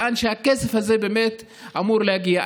לאן שהכסף הזה באמת אמור להגיע.